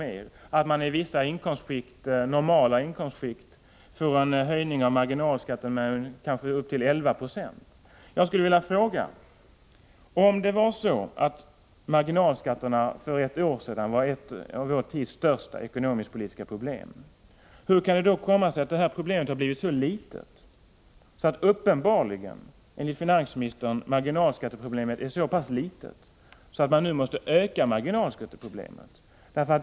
mer i skatt. I vissa normala inkomstskikt kommer man att få en höjning av marginalskatten med kanske upp till 11 96. Jag skulle vilja fråga: Om det var så att marginalskatterna för ett år sedan var ett av vår tids största ekonomisk-politiska problem, hur kan det då komma sig att marginalskatteproblemet uppenbarligen, enligt finansministern, är så pass litet att man nu måste öka det problemet?